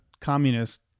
communist